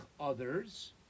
others